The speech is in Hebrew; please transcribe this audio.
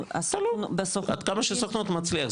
עד כמה שסוכנות מצליח,